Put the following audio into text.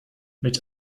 mit